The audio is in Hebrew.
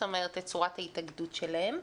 זאת אומרת את צורת ההתאגדות שלהם,